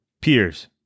peers